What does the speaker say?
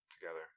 together